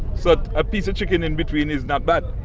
so a piece of chicken in between is not bad